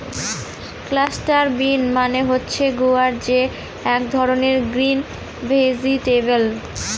cluster bean মানে হচ্ছে গুয়ার যে এক ধরনের গ্রিন ভেজিটেবল